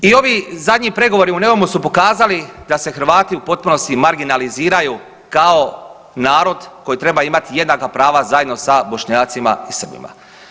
I ovi zadnji pregovori u Neumu su pokazali da se Hrvati u potpunosti marginaliziraju kao narod koji treba imati jednaka prava zajedno sa Bošnjacima i Srbima.